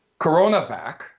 CoronaVac